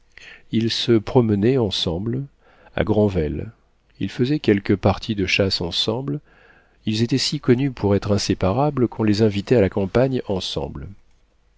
ils se promenaient ensemble à granvelle ils faisaient quelques parties de chasse ensemble ils étaient si connus pour être inséparables qu'on les invitait à la campagne ensemble